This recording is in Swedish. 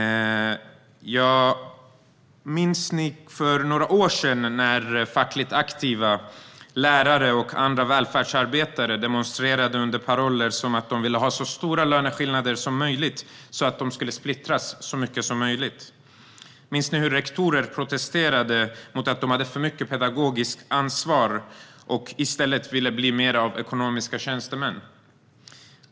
Minns ni för några år sedan, när fackligt aktiva, lärare och andra välfärdsarbetare demonstrerade under paroller som handlade om att de ville ha så stora löneskillnader som möjligt, så att de skulle splittras så mycket som möjligt? Minns ni hur rektorer protesterade mot att de hade för mycket pedagogiskt ansvar och i stället ville bli mer av ekonomiska tjänstemän?